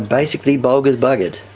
basically bulga's buggered.